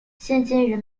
现今